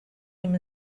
him